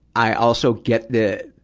i also get the,